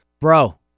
Bro